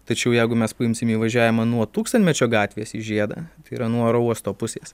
tačiau jeigu mes paimsim įvažiavimą nuo tūkstantmečio gatvės į žiedą tai yra nuo oro uosto pusės